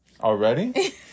Already